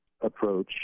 approach